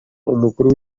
umukuru